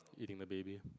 eating the baby